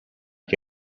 che